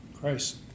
Christ